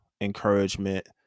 encouragement